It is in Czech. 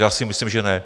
Já si myslím, že ne.